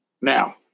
Now